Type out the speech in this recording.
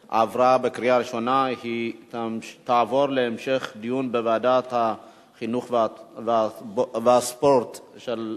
2012, לוועדת החינוך, התרבות והספורט נתקבלה.